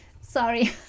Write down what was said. sorry